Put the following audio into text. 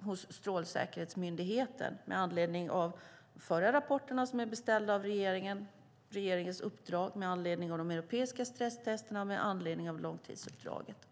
hos Strålsäkerhetsmyndigheten med anledning av de förra rapporterna beställda av regeringen, regeringens uppdrag med anledning av de europeiska stresstesterna och med anledning av långtidsuppdraget.